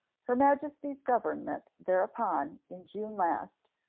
her majesty's government thereupon, in june last,